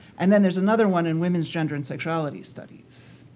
and then there's another one in women's gender and sexuality studies